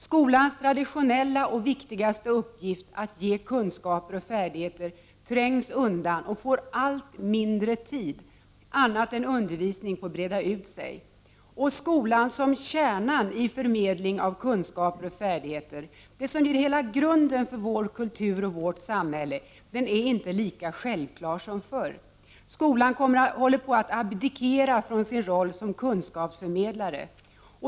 Skolans traditionella och viktigaste uppgift — att ge kunskaper och färdigheter — trängs undan och får allt mindre tid. Annat än undervisning får breda ut sig. Skolan som kärnan i förmedling av kunskaper och färdigheter, det som ger hela grunden för vår kultur och vårt samhälle, är inte längre lika självklar som förr. Skolan håller på att abdikera från sin roll som kunskapsförmedlare.